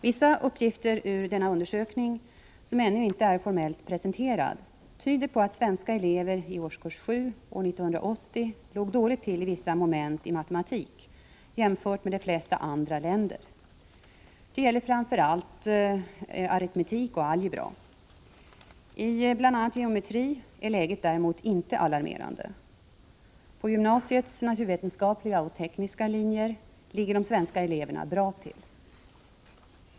Vissa uppgifter ur denna undersökning - som ännu inte är formellt presenterad — tyder på att svenska elever i årskurs 7 år 1980 låg dåligt till i vissa moment i matematik jämfört med elever i de flesta andra länder. Det gäller framför allt aritmetik och algebra. I bl.a. geometri är läget däremot inte alarmerande. På gymnasiets naturvetenskapliga och tekniska linjer ligger de svenska eleverna bra till.